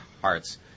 hearts